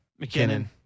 McKinnon